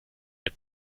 der